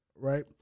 right